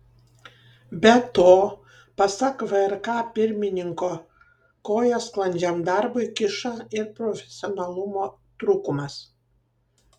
be to pasak vrk pirmininko koją sklandžiam darbui kiša ir profesionalumo trūkumas